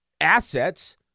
assets